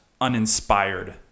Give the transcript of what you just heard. uninspired